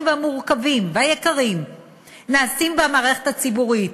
והמורכבים והיקרים נעשים במערכת הציבורית,